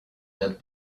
had